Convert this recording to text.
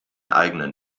eigenen